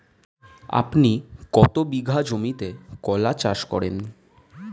আপনি কত বিঘা জমিতে কলা চাষ করেন?